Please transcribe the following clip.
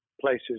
places